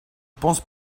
pense